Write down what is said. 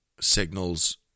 signals